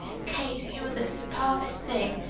kate, you are the superbest thing!